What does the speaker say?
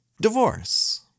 divorce